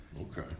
Okay